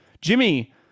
Jimmy